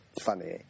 funny